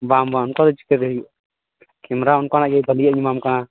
ᱵᱟᱝ ᱵᱟᱝ ᱚᱱᱠᱟ ᱫᱚ ᱪᱤᱠᱟᱹᱛᱮ ᱦᱩᱭᱩᱜᱼᱟ ᱠᱮᱢᱨᱟ ᱚᱱᱠᱟᱱᱟᱜ ᱜᱮ ᱵᱷᱟᱹᱞᱮᱭᱟᱜ ᱤᱧ ᱮᱢᱟᱢ ᱠᱟᱱᱟ